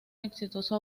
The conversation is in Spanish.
exitoso